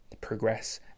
progress